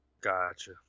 Gotcha